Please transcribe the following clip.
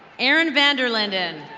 erin vanderlindin.